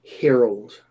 herald